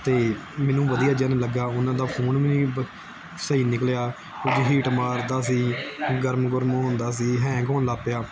ਅਤੇ ਮੈਨੂੰ ਵਧੀਆ ਜਿਹਾ ਨਹੀਂ ਲੱਗਿਆ ਉਹਨਾਂ ਦਾ ਫੋਨ ਵੀ ਨਹੀਂ ਬ ਸਹੀ ਨਿਕਲਿਆ ਹੀਟ ਮਾਰਦਾ ਸੀ ਗਰਮ ਗੁਰਮ ਹੁੰਦਾ ਸੀ ਹੈਂਗ ਹੋਣ ਲੱਗ ਪਿਆ